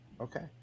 Okay